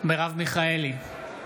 מרב מיכאלי,